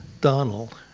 Donald